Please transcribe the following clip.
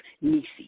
Nisi